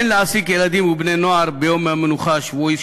אין להעסיק ילדים ובני-נוער ביום המנוחה השבועי,